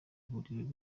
ivuriro